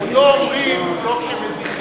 אנחנו לא אומרים, לא כשמדיחים